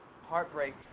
heartbreak